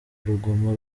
urugomo